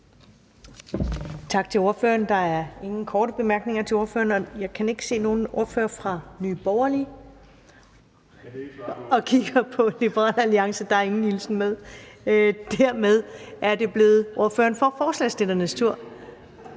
Tak til ordføreren. Der er ingen korte bemærkninger til ordføreren. Jeg kan ikke se nogen ordfører fra Nye Borgerlige – og kigger på Liberal Alliances ordfører – og der er ingen hilsen med. Dermed er det blevet ordføreren for forslagsstillernes tur,